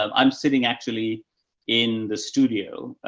um i'm sitting actually in the studio, ah,